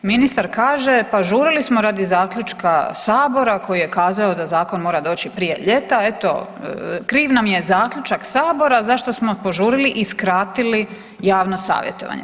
Ministar kaže, pa žurili smo radi zaključka Sabora koji je kazao da zakon mora doći prije ljeta, eto kriv nam je zaključak Sabora zašto smo požurili i skratili javno savjetovanje.